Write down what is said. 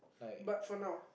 but for now